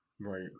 Right